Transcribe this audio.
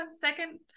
second